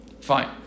Fine